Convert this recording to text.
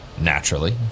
naturally